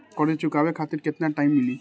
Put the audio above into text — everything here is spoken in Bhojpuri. कर्जा चुकावे खातिर केतना टाइम मिली?